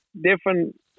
different